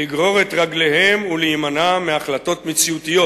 לגרור את רגליהם ולהימנע מהחלטות מציאותיות.